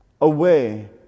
away